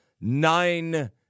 nine